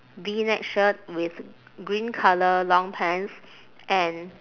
V neck shirt with green colour long pants and